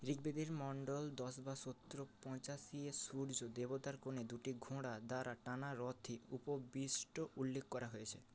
ঋগ্বেদের মণ্ডল দশ বা সূত্র পঁচাশি এ সূর্য দেবতার কোণে দুটি ঘোড়া দ্বারা টানা রথে উপবিষ্ট উল্লেখ করা হয়েছে